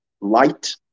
light